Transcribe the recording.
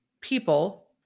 people